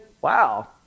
wow